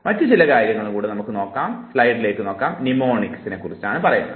മറ്റുചില കാര്യങ്ങളെക്കുറിച്ച് നമുക്ക് ചർച്ച ചെയ്യാം